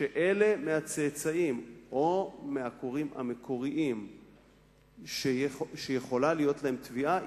שאלה מהצאצאים או מהעקורים המקוריים שיכולה להיות להם תביעה,